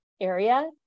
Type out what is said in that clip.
area